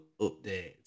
update